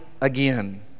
again